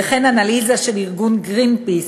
וכן אנליזה של ארגון "גרינפיס"